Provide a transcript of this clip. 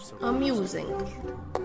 amusing